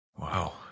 Wow